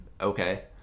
okay